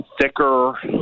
thicker